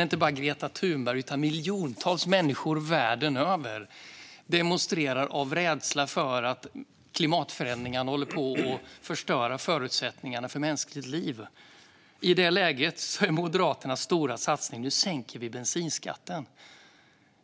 inte bara Greta Thunberg utan miljontals människor världen över demonstrerar av rädsla för att klimatförändringarna håller på att förstöra förutsättningarna för mänskligt liv, är att sänka bensinskatten.